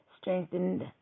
strengthened